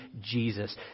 Jesus